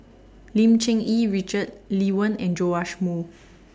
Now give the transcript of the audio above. Lim Cherng Yih Richard Lee Wen and Joash Moo